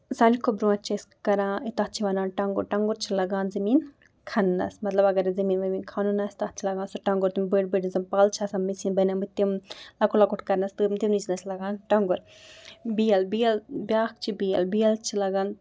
ساروی کھۄتہٕ برونٛہہ چھِ أسۍ کران تَتھ چھِ وَنان ٹۄنگُر ٹۄنگُر چھُ لگان زٔمیٖن کھننَس مطلب اَگر اسۍ زٔمیٖن ؤمیٖن کھنُن آسہِ تَتھ چھُ لگان سُہ ٹۄنگُر تِم بٔڑ بٔڑ یِم زَن پَل چھِ آسان میژِ ہِنٛد بَنے مٕتۍ تِم لۄکُٹ لۄکُٹ کرنَس تَمہِ وِِ چھُ اَسہِ لگان ٹۄنگُر بیل بیل بیاکھ چھُ بیل بیل چھُ لگان